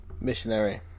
Missionary